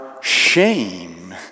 shame